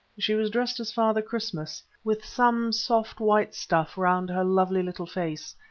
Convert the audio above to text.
she was dressed as father christmas, with some soft white stuff round her lovely little face,